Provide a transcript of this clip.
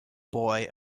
boy